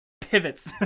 pivots